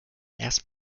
erst